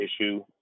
issue